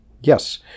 Yes